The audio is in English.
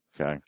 Okay